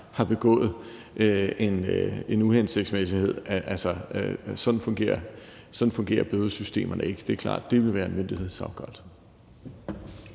har begået en uhensigtsmæssighed. Sådan fungerer bødesystemerne ikke. Det er klart, at det vil være en myndighedsafgørelse.